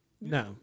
No